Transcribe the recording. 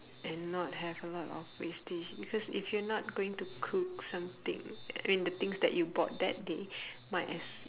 and not have a lot of wastage because if you're not going to cook something I mean the things that you bought that day might as